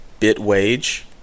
Bitwage